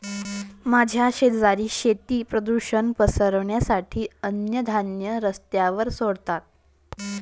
माझे शेजारी शेती प्रदूषण पसरवण्यासाठी अन्नधान्य रस्त्यावर सोडतात